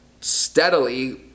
steadily